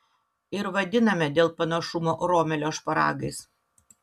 ir vadiname dėl panašumo romelio šparagais